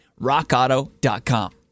Rockauto.com